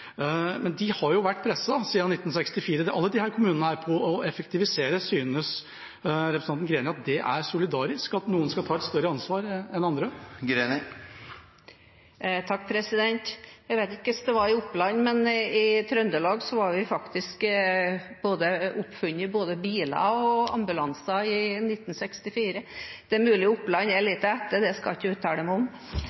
Men alle disse kommunene har jo vært presset siden 1964 når det gjelder å effektivisere. Synes representanten Greni det er solidarisk at noen skal ta et større ansvar enn andre? Jeg vet ikke hvordan det var i Oppland, men i Trøndelag var det oppfunnet både biler og ambulanser i 1964. Der er mulig Oppland er